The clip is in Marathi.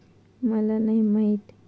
खाता व्यवस्थापित कसा करतत?